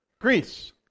Greece